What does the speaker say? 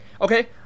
okay